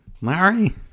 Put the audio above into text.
Larry